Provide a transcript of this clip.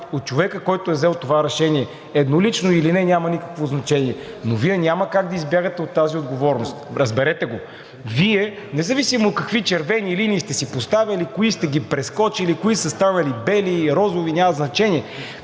от човека, който е взел това решение, еднолично или не – няма никакво значение. Но Вие няма как да избягате от тази отговорност, разберете го. Независимо какви червени линии сте си поставяли, кои сте ги прескочили, кои са станали бели, розови, няма значение,